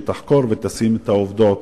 שתחקור ותשים את העובדות,